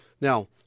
Now